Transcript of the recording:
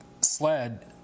sled